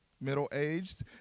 middle-aged